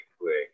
quick